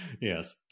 Yes